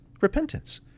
repentance